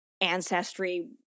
ancestry